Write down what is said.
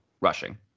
rushing